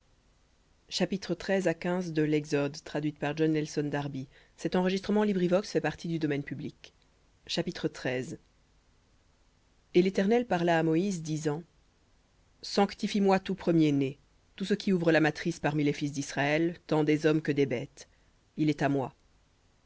chapitre et l'éternel parla à moïse disant sanctifie moi tout premier-né tout ce qui ouvre la matrice parmi les fils d'israël tant des hommes que des bêtes il est à moi